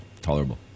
tolerable